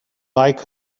like